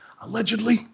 allegedly